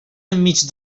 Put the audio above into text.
enmig